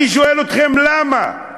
אני שואל אתכם, למה?